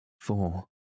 Four